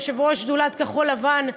אדוני היושב-ראש, תודה רבה, שרים,